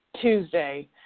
Tuesday